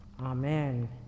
Amen